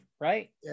Right